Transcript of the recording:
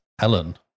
ellen